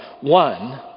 One